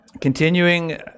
Continuing